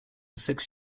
six